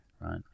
Right